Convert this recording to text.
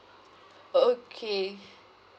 okay